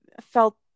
felt